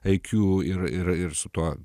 iq ir ir su tuo